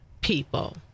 people